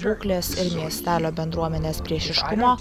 būklės ir miestelio bendruomenės priešiškumo